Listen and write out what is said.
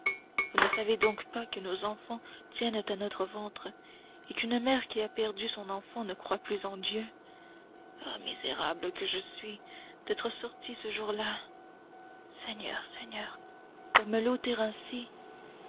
vous ne savez donc pas que nos enfants tiennent à notre ventre et qu'une mère qui a perdu son enfant ne croit plus en dieu ah misérable que je suis d'être sortie ce jour-là seigneur seigneur pour me l'ôter ainsi